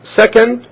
second